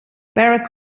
barack